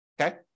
okay